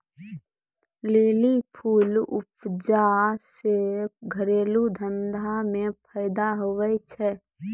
lily फूल उपजा से घरेलू धंधा मे फैदा हुवै छै